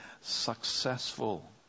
successful